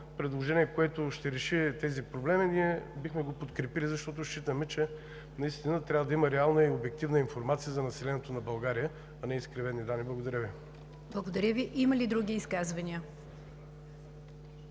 предложение, което ще реши тези проблеми, ние бихме го подкрепили, защото считаме, че наистина трябва да има реална и обективна информация за населението на България, а не изкривени данни. Благодаря Ви. ПРЕДСЕДАТЕЛ НИГЯР ДЖАФЕР: Благодаря Ви. Има ли други изказвания,